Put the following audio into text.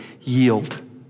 yield